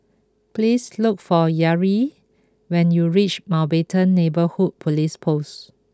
please look for Yareli when you reach Mountbatten Neighbourhood Police Post